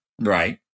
Right